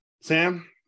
Sam